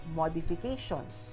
modifications